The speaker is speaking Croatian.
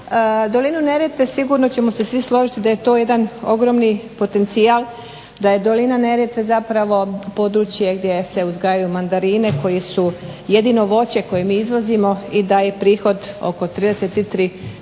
dolinu Neretve sigurno ćemo se svi složiti da je to jedan ogromni potencijal, da je dolina Neretve zapravo područje gdje se uzgajaju mandarine koje su jedino voće koje mi izvozimo i da je prihod oko 33 milijuna